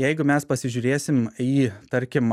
jeigu mes pasižiūrėsim į tarkim